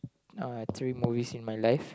uh three movies in my life